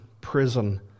prison